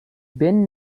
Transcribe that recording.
been